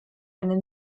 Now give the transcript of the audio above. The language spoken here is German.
eine